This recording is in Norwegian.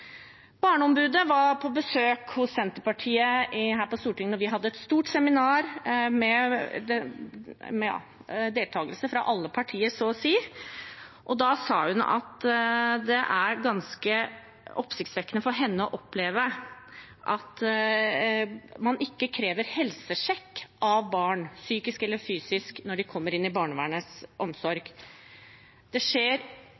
Barneombudet var på besøk hos Senterpartiet her på Stortinget da vi hadde et stort seminar, med deltakelse fra så å si alle partier. Da sa hun at det var ganske oppsiktsvekkende for henne å oppleve at man ikke krever helsesjekk av barn psykisk eller fysisk når de kommer inn i barnevernets omsorg. Det skjer